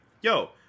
yo